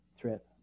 threat